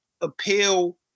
appeal